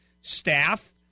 staff